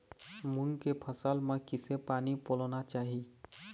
मूंग के फसल म किसे पानी पलोना चाही?